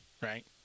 right